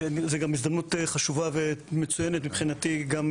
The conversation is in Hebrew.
וזה גם הזדמנות חשובה ומצוינת מבחינתי גם,